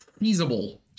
Feasible